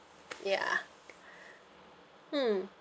yeah hmm